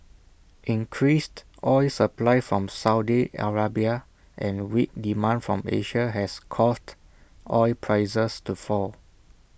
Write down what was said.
increased oil supply from Saudi Arabia and weak demand from Asia has caused oil prices to fall